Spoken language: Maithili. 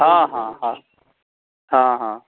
हँ हँ हँ हँ हँ